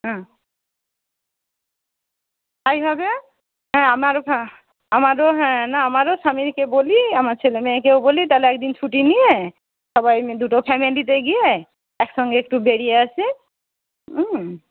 হুম তাই হবে হ্যাঁ আমারও হ্যাঁ আমারও হ্যাঁ না আমারও স্বামীকে বলি আমার ছেলেমেয়েকেও বলি তাহলে একদিন ছুটি নিয়ে সবাই মিলে দুটো ফ্যামিলিতে গিয়ে একসঙ্গে একটু বেড়িয়ে আসি